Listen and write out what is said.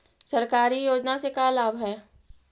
सरकारी योजना से का लाभ है?